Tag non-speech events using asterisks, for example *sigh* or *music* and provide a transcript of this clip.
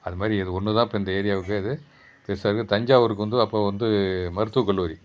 அதுமாதிரி அது ஒன்று தான் இப்போ இந்த ஏரியாவுக்கே அது *unintelligible* தஞ்சாவூருக்கு வந்து அப்போது வந்து மருத்துவ கல்லூரி